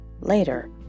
Later